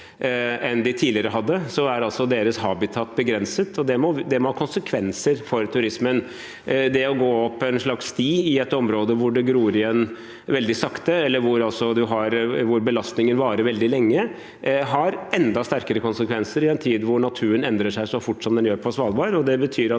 enn de tidligere hadde, er deres habitat begrenset, og det må ha konsekvenser for turismen. Å gå opp en slags sti i et område hvor det gror igjen veldig sakte, altså hvor belastningen varer veldig lenge, har enda sterkere konsekvenser i en tid hvor naturen endrer seg så fort som den gjør på Svalbard.